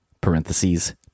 parentheses